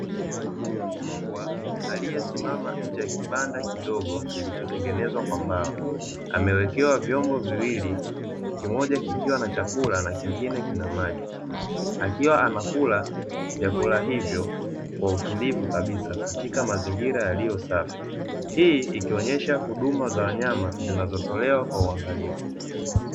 Mbwa aliyesimama nje ya kibanda kidogo kilichotengenezwa kwa mbao, amewekewa vyombo viwili, kimoja kikiwa na chakula na kingine kina maji. Akiwa anakula vyakula hivyo kwa utulivu kabisa, katika mazingira yaliyo safi. hii ikionyesha huduma za wanyama, zinazotolewa kwa uangalifu.